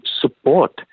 support